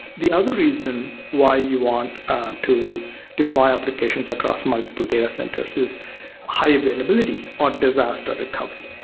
the other reason why you want to deploy applications across multiple data centers is high but and ability on disaster recovery.